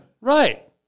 Right